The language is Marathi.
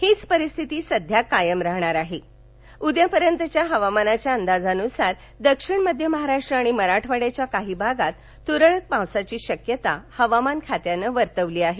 हीच परिस्थिती सध्या कायम राहणार असून उद्या पर्यंतच्या हवामानाच्या अंदाजानुसार दक्षिण मध्य महाराष्ट्र आणि मराठवाड्याच्या काही भागात तुरळक पावसाची शक्यता हवामान खात्यानं वर्तवली आहे